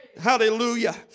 hallelujah